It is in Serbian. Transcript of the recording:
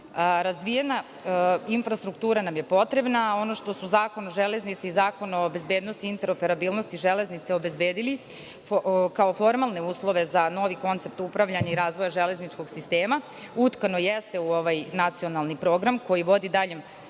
centra. Razvijena infrastruktura nam je potrebna, a ono što su Zakon o železnici i Zakon o bezbednosti interoperabilnosti železnice obezbedili kao formalne uslove za novi koncept upravljanja i razvoja železničkog sistema utkano jeste u ovaj Nacionalni program koji vodi daljem